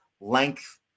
length